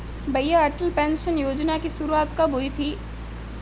भैया अटल पेंशन योजना की शुरुआत कब हुई थी?